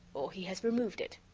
or he has removed it.